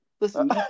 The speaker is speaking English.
Listen